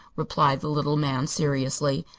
replied the little man, seriously.